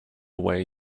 way